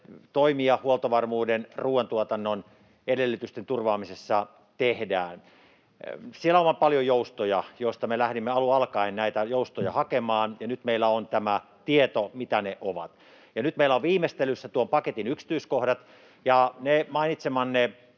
toimia huoltovarmuuden, ruoantuotannon, edellytysten turvaamisessa tehdään. Siellä on paljon joustoja asioissa, joihin me lähdimme alun alkaen näitä joustoja hakemaan, ja nyt meillä on tämä tieto, mitä ne ovat. Nyt meillä on viimeistelyssä tuon paketin yksityiskohdat, ja ne mainitsemanne